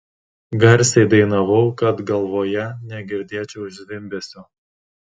garsiai dainavau kad galvoje negirdėčiau zvimbesio